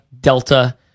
Delta